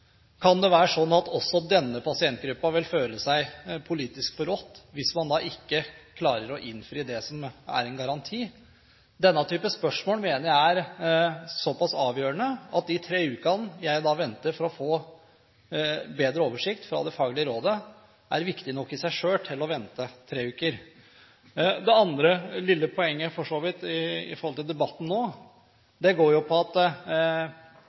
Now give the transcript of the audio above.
Kan det være sånn at også denne pasientgruppen vil føle seg politisk forrådt hvis man ikke klarer å innfri det som er en garanti? Denne typen spørsmål mener jeg er såpass avgjørende at de tre ukene jeg venter for å få bedre oversikt fra det faglige rådet, er viktig nok i seg selv til å vente. Det andre lille poenget til debatten nå går på dette: Når representanten Jensen sier at jeg ikke snakket på vegne av dem der ute i demonstrasjonen, vil jeg igjen minne om at